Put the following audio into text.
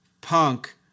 punk